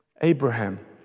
Abraham